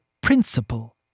principle